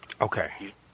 Okay